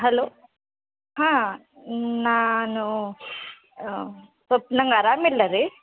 hello ಹಾಂ ನಾನು ಸೊಲ್ಪ ನಂಗೆ ಆರಾಮ ಇಲ್ಲ ರೀ